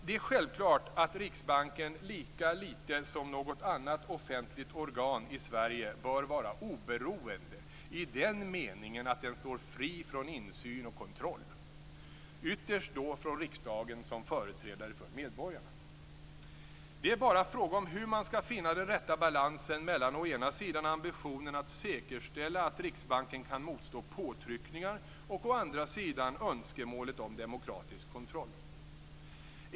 Det är självklart att Riksbanken lika litet som något annat offentligt organ i Sverige bör vara oberoende i den meningen att den står fri från insyn och kontroll, ytterst då från riksdagen som företrädare för medborgarna. Det är bara fråga om hur man skall finna den rätta balansen mellan å ena sidan ambitionen att säkerställa att Riksbanken kan motstå påtryckningar och å andra sidan önskemålet om demokratisk kontroll.